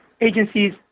agencies